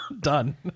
Done